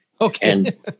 Okay